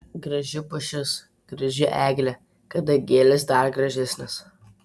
graži pušis graži eglė kadagėlis dar gražesnis